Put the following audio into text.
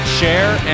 share